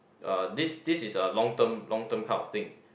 uh this this is a long term long term kind of thing